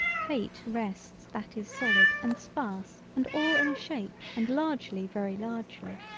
hate rests that is solid and sparse and all in a shape and largely very largely.